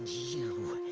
you.